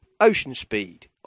Oceanspeed